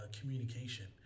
communication